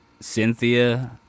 Cynthia